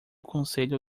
conselho